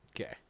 Okay